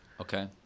Okay